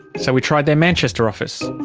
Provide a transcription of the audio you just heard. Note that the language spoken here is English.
so we tried their manchester office.